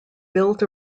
built